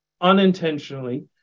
unintentionally